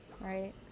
Right